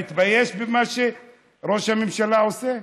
מתבייש במה שראש הממשלה עושה.